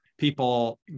people